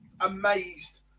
amazed